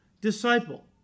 disciple